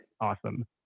awesome